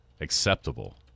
acceptable